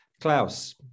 Klaus